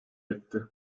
etti